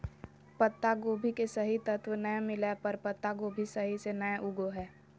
पत्तागोभी के सही तत्व नै मिलय पर पत्तागोभी सही से नय उगो हय